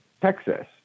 Texas